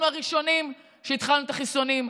אנחנו הראשונים שהתחלנו את החיסונים,